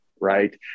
right